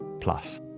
plus